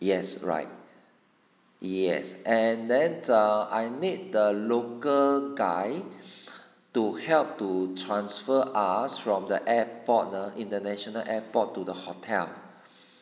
yes right yes and then uh I need the local guy to help to transfer us from the airport ah international airport to the hotel